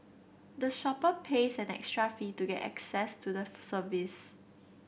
the shopper pays an extra fee to get access to the service